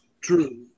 True